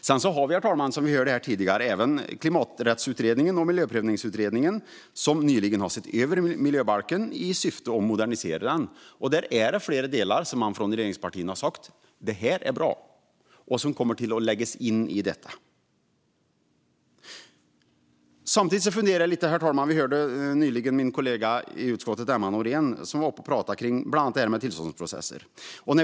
Sedan, herr talman, har vi, som vi hörde här tidigare, även Klimaträttsutredningen och Miljöprövningsutredningen, som nyligen har sett över miljöbalken i syfte att modernisera den. Det finns flera delar som regeringspartierna har sagt är bra och som kommer att läggas in där. Samtidigt blir jag lite fundersam, herr talman. Vi hörde nyligen min kollega i utskottet, Emma Nohrén, prata om bland annat tillståndsprocesser.